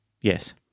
Yes